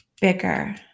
bigger